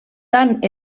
tant